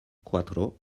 cuatro